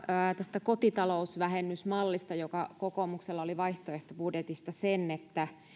tästä kotitalousvähennysmallista joka kokoomuksella oli vaihtoehtobudjetissa sen että